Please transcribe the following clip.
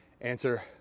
answer